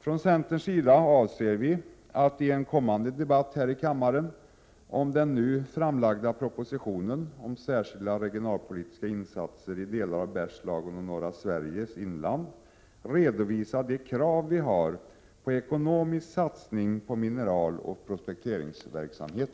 Från centerns sida avser vi att i en kommande debatt här i kammaren om den nu framlagda propositionen om särskilda regionalpolitiska insatser i delar av Bergslagen och norra Sveriges inland, redovisa de krav vi har på ekonomisk satsning på mineraloch prospekteringsverksamhet.